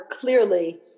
clearly